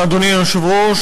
אדוני היושב-ראש,